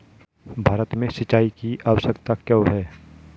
भारत में सिंचाई की आवश्यकता क्यों है?